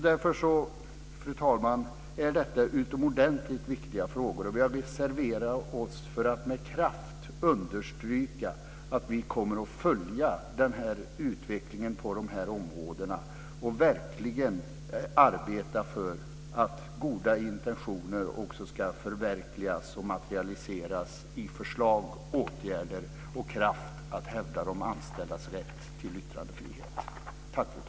Därför, fru talman, är detta utomordentligt viktiga frågor. Vi har reserverat oss för att med kraft understryka att vi kommer att följa utvecklingen på de här områdena och verkligen arbeta för att goda intentioner också ska förverkligas och materialiseras i förslag, åtgärder och kraft att hävda de anställdas rätt till yttrandefrihet.